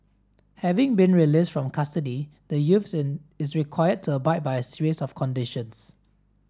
having been released from custody the youth is required to abide by a series of conditions